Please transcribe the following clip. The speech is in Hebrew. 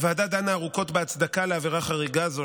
הוועדה דנה ארוכות בהצדקה לעבירה חריגה זו,